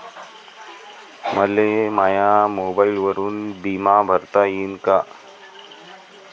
मले माया मोबाईलवरून बिमा भरता येईन का?